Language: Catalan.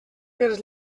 pels